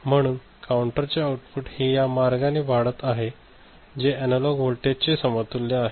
म्हणून काउंटर चे आउटपुट हे या मार्गाने वाढत आहे जे अनालॉग वोल्टेज चे समतुल्य आहे